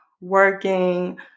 working